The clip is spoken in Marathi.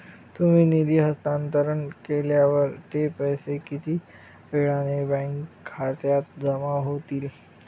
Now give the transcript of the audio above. तुम्ही निधी हस्तांतरण केल्यावर ते पैसे किती वेळाने बँक खात्यात जमा होतील?